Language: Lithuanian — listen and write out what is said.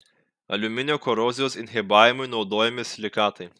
aliuminio korozijos inhibavimui naudojami silikatai